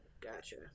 Gotcha